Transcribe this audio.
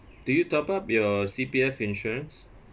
did you top up your C_P_F insurance